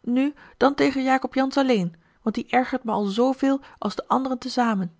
nu dan tegen jacob jansz alleen want die ergert me al zooveel als de anderen te zamen